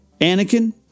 Anakin